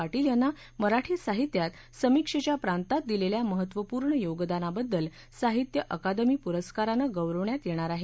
पाटील यांना मराठी साहित्यातसमीक्षेच्या प्रातांत दिलेल्या महत्त्वपूर्ण योगदानाबद्दल साहित्य अकादमी पुरस्कारानं गौरवण्यात येणार आहे